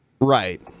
Right